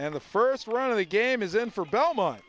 and the first run of the game is in for belmont